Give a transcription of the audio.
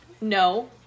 no